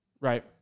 Right